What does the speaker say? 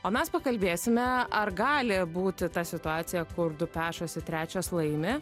o mes pakalbėsime ar gali būti ta situacija kur du pešasi trečias laimi